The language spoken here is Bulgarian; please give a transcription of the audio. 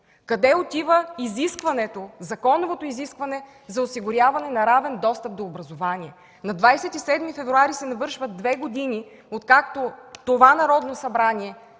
Къде отива законовото изискване за осигуряване на равен достъп до образованието? На 27 февруари се навършват две години, откакто Конвенцията